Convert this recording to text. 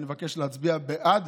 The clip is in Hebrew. ואני מבקש להצביע בעד